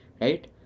Right